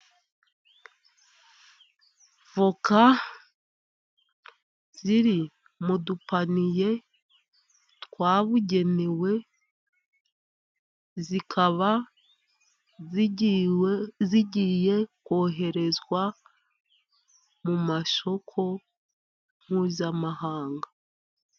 Avoka ziri mu dupaniiye twabugenewe, zikaba zigiye koherezwa mu masoko mpuzamahanga.